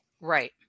Right